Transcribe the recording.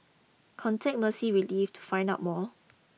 contact Mercy Relief to find out more